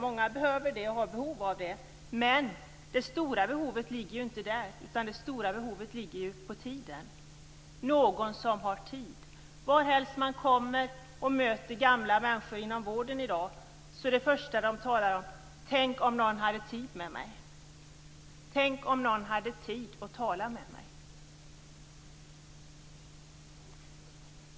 Många behöver det, men det stora behovet handlar om tiden, om att någon har tid. Var man i dag än möter gamla människor i vården så är det första de säger: Tänk om någon hade tid med mig! Tänk om någon hade tid att tala med mig!